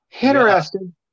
Interesting